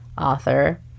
author